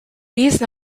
these